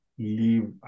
Leave